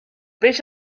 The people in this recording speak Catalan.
peix